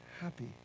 happy